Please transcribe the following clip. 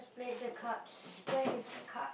play the cards where is the card